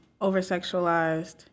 over-sexualized